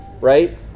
right